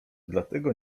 dlatego